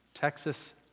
Texas